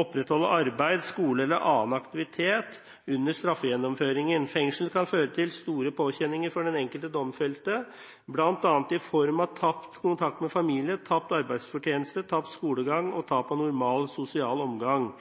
opprettholde arbeid, skole eller annen aktivisering under straffegjennomføringen. Fengsel kan føre til store påkjenninger for den enkelte domfelte, blant annet i form av tapt kontakt med familie, tapt arbeidsfortjeneste, tapt skolegang og tap av normal sosial omgang.»